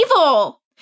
evil